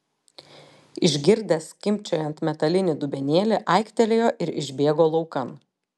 išgirdęs skimbčiojant metalinį dubenėlį aiktelėjo ir išbėgo laukan